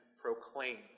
proclaim